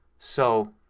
so,